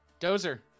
Dozer